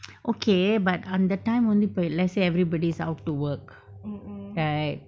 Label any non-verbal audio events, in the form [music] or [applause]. [noise] okay but அந்த:andtha time வந்து இப்ப:vanthu ippa let's say everybody is out to work right